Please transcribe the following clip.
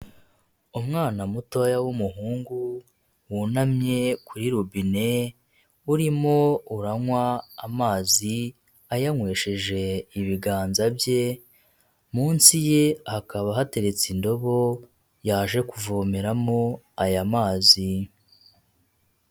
Umwana mutoya w'umuhungu wunamye kuri robine urimo uranywa amazi ayanywesheje ibiganza bye, munsi ye hakaba hateretse indobo yaje kuvomeramo aya mazi.